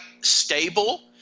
stable